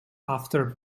after